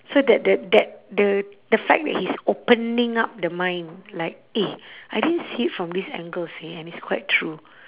so that that that the the fact that he's opening up the mind like eh I didn't see it from this angle seh and it's quite true